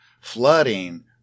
flooding